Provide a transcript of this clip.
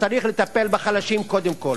צריך לטפל בחלשים קודם כול.